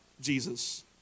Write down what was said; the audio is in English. Jesus